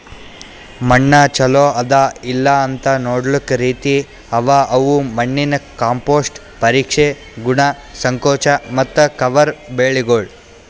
ಮಣ್ಣ ಚಲೋ ಅದಾ ಇಲ್ಲಾಅಂತ್ ನೊಡ್ಲುಕ್ ರೀತಿ ಅವಾ ಅವು ಮಣ್ಣಿನ ಕಾಂಪೋಸ್ಟ್, ಪರೀಕ್ಷೆ, ಗುಣ, ಸಂಕೋಚ ಮತ್ತ ಕವರ್ ಬೆಳಿಗೊಳ್